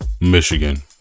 Michigan